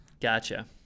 Gotcha